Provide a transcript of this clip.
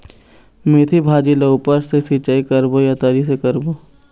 मेंथी भाजी ला ऊपर से सिचाई करबो या तरी से करबो?